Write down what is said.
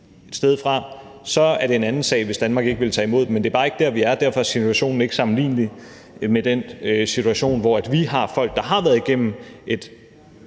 et sted fra, så er det en anden sag, hvis Danmark ikke ville tage imod dem. Men det er bare ikke der, vi er. Derfor er situationen ikke sammenlignelig med den situation ... Kl. 10:34 Den fg. formand (Bent